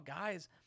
guys